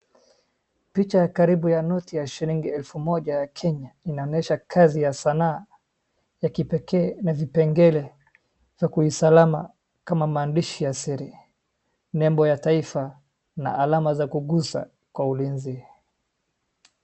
Picha ya karibu ya noti ya shilingi elfu moja ya Kenya, inaonyesha kazi ya sanaa ya kipekee na vipengele vya kiusalama, kama maandishi ya siri, nembo ya taifa na alama za kugusa kwa ulinzi.